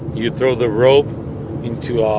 you throw the rope into a